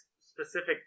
specific